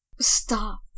stop